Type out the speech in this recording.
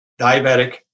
diabetic